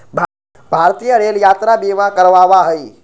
भारतीय रेल यात्रा बीमा करवावा हई